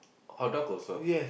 our dog also